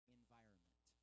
environment